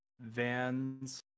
vans